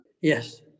Yes